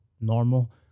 normal